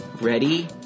Ready